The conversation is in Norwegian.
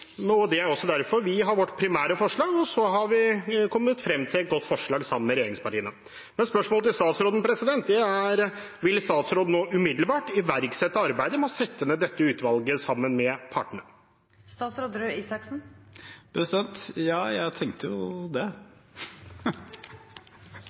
og det er også derfor vi har vårt primære forslag, og så har vi kommet frem til et godt forslag sammen med regjeringspartiene. Men spørsmålet til statsråden er: Vil statsråden nå umiddelbart iverksette arbeidet med å sette ned dette utvalget sammen med partene? Ja, jeg tenkte jo det.